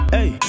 Hey